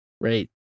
Right